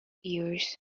years